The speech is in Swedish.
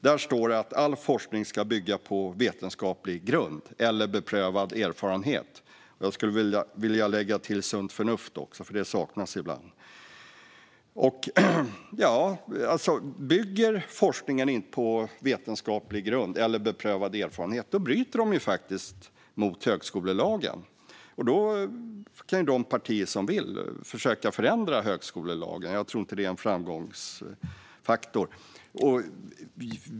Där står det att all forskning ska bygga på vetenskaplig grund och beprövad erfarenhet. Jag skulle vilja lägga till sunt förnuft, för det saknas ibland. Om forskningen inte bygger på vetenskaplig grund och beprövad erfarenhet bryter det faktiskt mot högskolelagen. Då kan ju de partier som vill försöka att förändra högskolelagen. Jag tror inte att det är en framgångsfaktor.